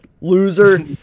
loser